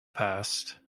past